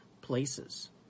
places